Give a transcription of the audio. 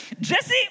Jesse